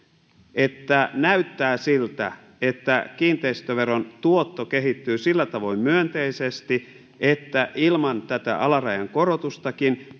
että näyttää siltä että kiinteistöveron tuotto kehittyy sillä tavoin myönteisesti että ilman tätä alarajan korotustakin